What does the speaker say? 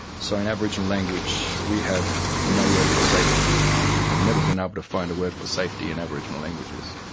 so in aboriginal language we have no word for safety. i've never been able to find a word for safety in aboriginal languages.